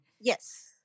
yes